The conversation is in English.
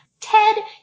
Ted